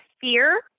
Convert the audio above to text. fear